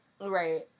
Right